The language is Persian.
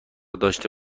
داشته